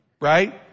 right